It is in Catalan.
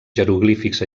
jeroglífics